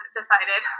decided